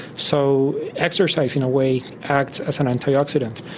so exercise in a way acts as an antioxidant,